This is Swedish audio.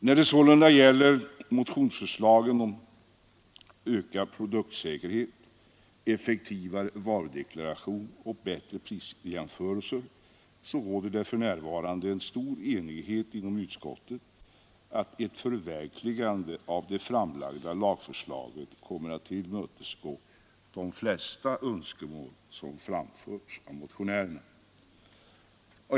När det sålunda gäller motionsförslagen om ökad produktsäkerhet, effektivare varudeklaration och bättre prisjämförelser, råder det för närvarande stor enighet inom utskottet om att ett förverkligande av det framlagda lagförslaget kommer att tillmötesgå de flesta önskemål som framförts av motionärerna.